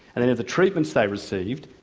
and and of the treatments they received,